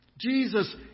Jesus